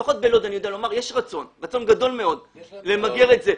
לפחות בלוד אני יודע לומר שיש רצון ורצון גדול מאוד למגר את זה.